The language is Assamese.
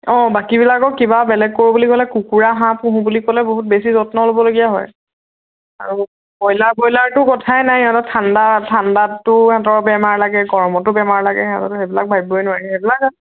অঁ বাকীবিলাকক কিবা বেলেগ কৰোঁ বুলি ক'লে কুকুৰা হাঁহ পুহু বুলি ক'লে বহুত বেছি যত্ন ল'বলগীয়া হয় আৰু ব্ৰইলাৰ ব্ৰইলাৰটো কথাই নাই সিহঁতক ঠাণ্ডা ঠাণ্ডাতটো সিহঁতৰ বেমাৰ লাগে গৰমতো বেমাৰ লাগে সিহঁত সেইবিলাক ভাবিবই নোৱাৰি সেইবিলাক